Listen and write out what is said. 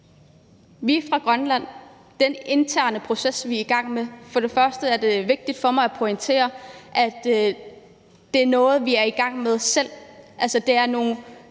I forhold til den interne proces, vi er i gang med i Grønland, er det først og fremmest vigtigt for mig at pointere, at det er noget, vi er i gang med selv. Altså, det er nogle